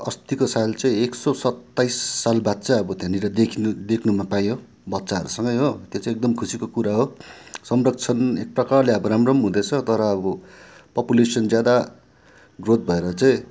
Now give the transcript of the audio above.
अस्तिको साल चाहिँ एक सय सत्ताइस साल बाद चाहिँ अब त्यहाँनिर देखिनु देख्नुमा पायो बच्चाहरूसँगै हो त्यो चाहिँ एकदम खुसीको कुरा हो संरक्षण एक प्रकारले राम्रो हुँदैछ तर पपुलेसन ज्यादा ग्रोथ भएर चाहिँ